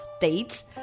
dates